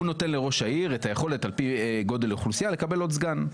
הוא נותן לראש העיר את היכולת על פי גודל אוכלוסייה לקבל עוד סגן,